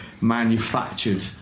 manufactured